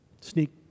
sneak